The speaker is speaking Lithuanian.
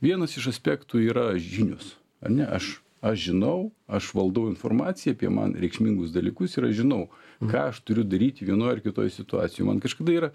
vienas iš aspektų yra žinios ane aš aš žinau aš valdau informaciją apie man reikšmingus dalykus ir aš žinau ką aš turiu daryt vienoj ar kitoj situacijoj man kažkada yra